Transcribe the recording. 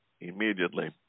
immediately